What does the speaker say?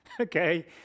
Okay